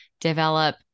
develop